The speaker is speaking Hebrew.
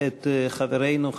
את חברנו,